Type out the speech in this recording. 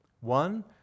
One